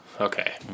okay